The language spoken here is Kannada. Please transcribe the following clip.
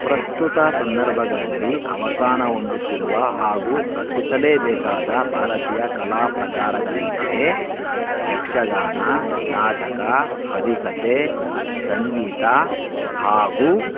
ಪ್ರಸ್ತುತ ಸಂದರ್ಭಗಳಲ್ಲಿ ಅವಸಾನ ಹೊಂದುತ್ತಿರುವ ಹಾಗೂ ರಕ್ಷಿಸಲೇಬೇಕಾದ ಭಾರತೀಯ ಕಲಾ ಪ್ರಕಾರಗಳೆಂದರೆ ಯಕ್ಷಗಾನ ನಾಟಕ ಹರಿಕಥೆ ಸಂಗೀತ ಹಾಗು